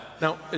Now